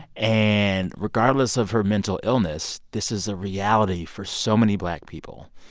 and regardless of her mental illness, this is a reality for so many black people,